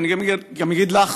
ואני גם אגיד לך,